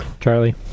Charlie